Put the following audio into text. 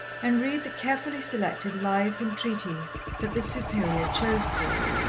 and read the carefully-selected lives and treatises that the superior chose for her.